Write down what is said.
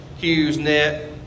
HughesNet